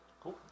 Cool